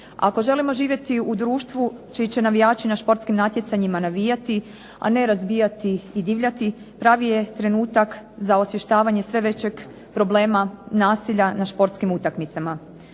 Ako želimo živjeti u društvu čiji će navijači na športskim natjecanjima navijati, a ne razbijati i divljati pravi je trenutak za osvještavanje sve većeg problema nasilja na športskim utakmicama.